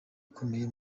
ukomeye